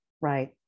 Right